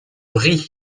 riz